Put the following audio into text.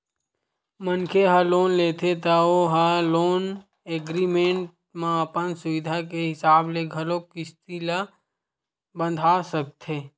मनखे ह लोन लेथे त ओ ह लोन एग्रीमेंट म अपन सुबिधा के हिसाब ले घलोक किस्ती ल बंधा सकथे